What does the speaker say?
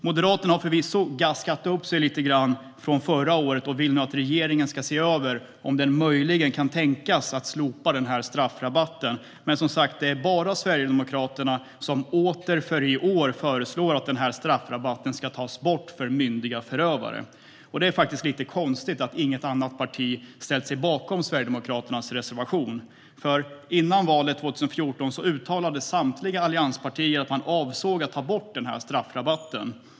Moderaterna har förvisso gaskat upp sig lite grann sedan förra året och vill nu att regeringen ska se över om de möjligen kan tänkas att slopa den här straffrabatten. Men, som sagt, det är bara Sverigedemokraterna som åter i år föreslår att straffrabatten ska tas bort för myndiga förövare. Det är faktiskt lite konstigt att inget annat parti ställt sig bakom Sverigedemokraternas reservation eftersom före valet 2014 uttalade samtliga allianspartier att de avsåg att ta bort den här straffrabatten.